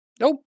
Nope